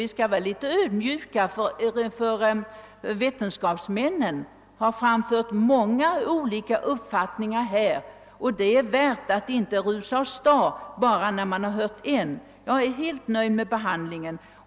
Vi skall vara litet ödmjuka, ty vetenskapsmännen har framfört olika uppfattningar i Kaitumfrågan, och det är bäst att inte rusa åstad efter att bara ha hört en. Jag är helt nöjd med frågans behandling.